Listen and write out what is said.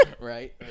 Right